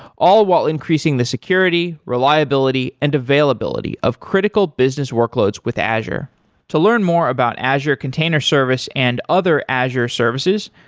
all while increasing the security, reliability and availability of critical business workloads with azure to learn more about azure container service and other azure services,